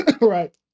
Right